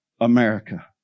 America